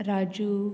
Raju